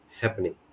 happening